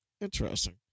Interesting